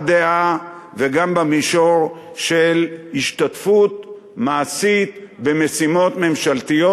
דעה וגם במישור של השתתפות מעשית במשימות ממשלתיות.